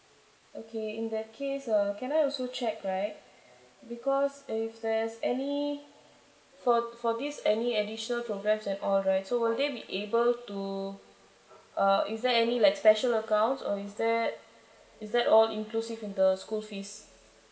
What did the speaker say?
okay in that case uh can I also check right because if there's any for for this any additional programs and all right so will they be able to uh is there any like special accounts or is that is that all inclusive in the school fees